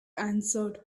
answered